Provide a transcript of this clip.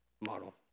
model